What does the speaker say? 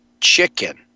chicken